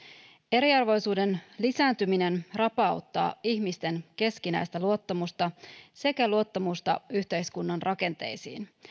eriarvoisuuden lisääntyminen rapauttaa ihmisten keskinäistä luottamusta sekä luottamusta yhteiskunnan rakenteisiin